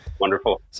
wonderful